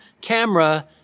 camera